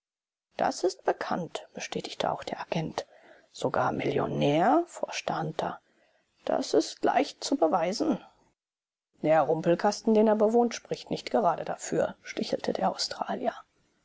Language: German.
das ist bekannt bestätigte auch der agent sogar millionär forschte hunter das ist leicht zu beweisen der rumpelkasten den er bewohnt spricht nicht gerade dafür stichelte der australier